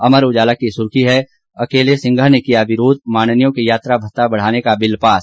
अमर उजाला की सुर्खी है अकेल सिंघा ने किया विरोध माननीयों के यात्रा भत्ता बढ़ाने का बिल पास